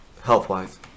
Health-wise